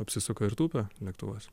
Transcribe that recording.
apsisuka ir tupia lėktuvas